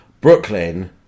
Brooklyn